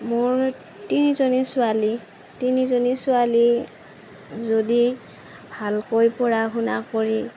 মোৰ তিনিজনী ছোৱালী তিনিজনী ছোৱালী যদি ভালকৈ পঢ়া শুনা কৰি